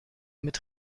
mit